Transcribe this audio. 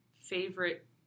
favorite